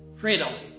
freedom